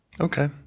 Okay